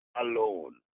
alone